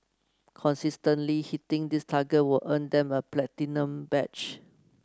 consistently hitting this target will earn them a platinum badge